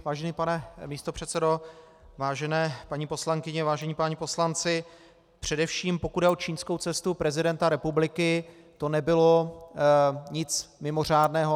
Vážený pane místopředsedo, vážené paní poslankyně, vážení páni poslanci, především pokud jde o čínskou cestu prezidenta republiky, to nebylo nic mimořádného.